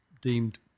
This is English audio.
deemed